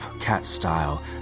cat-style